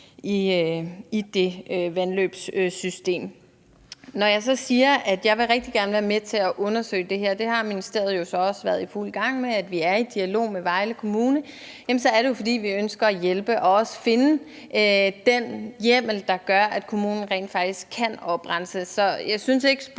i det vandløbssystem. Når jeg så siger, at jeg rigtig gerne vil være med til at undersøge det her – det har ministeriet jo så også været i fuld gang med, og vi er i dialog med Vejle Kommune – er det jo, fordi vi ønsker at hjælpe og også finde den hjemmel, der gør, at kommunen rent faktisk kan oprense. Så jeg synes ikke,